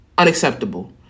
unacceptable